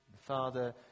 father